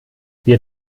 wir